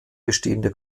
bestehende